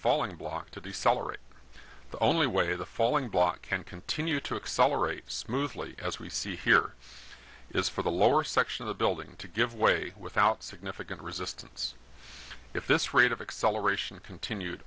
falling block to be celery the only way the falling block can continue to accelerate smoothly as we see here is for the lower section of the building to give way without significant resistance if this rate of acceleration continued